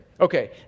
Okay